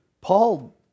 Paul